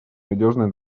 надежный